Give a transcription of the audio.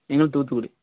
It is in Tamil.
எங்களுக்கு தூத்துக்குடி